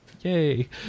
yay